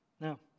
Now